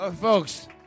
Folks